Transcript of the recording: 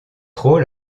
trop